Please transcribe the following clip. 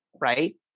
right